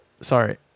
sorry